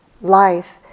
life